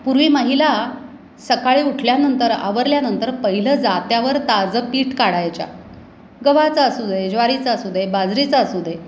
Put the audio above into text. पूर्वी महिला सकाळी उठल्यानंतर आवरल्यानंतर पहिलं जात्यावर ताजं पीठ काढायच्या गव्हाचं असू दे ज्वारीचं असू दे बाजरीचं असू दे